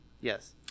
Yes